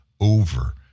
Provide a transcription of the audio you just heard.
over